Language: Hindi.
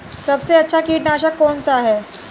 सबसे अच्छा कीटनाशक कौन सा है?